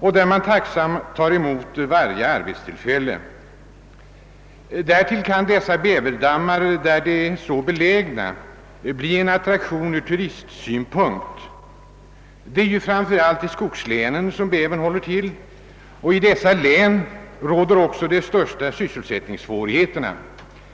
och där man tacksamt tar emot varje litet arbetstillfälle. Därtill kan bäverdammar, lämpligt belägna, bli en attraktion ur turistsynpunkt. Bävern håller till framför allt i skogslänen, och i dessa län råder också de största sysselsättningssvårigheterna.